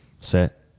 set